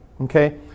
Okay